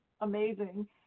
amazing